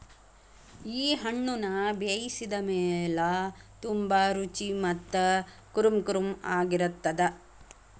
ಈ ಹಣ್ಣುನ ಬೇಯಿಸಿದ ಮೇಲ ತುಂಬಾ ರುಚಿ ಮತ್ತ ಕುರುಂಕುರುಂ ಆಗಿರತ್ತದ